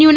you